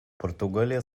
португалия